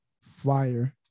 fire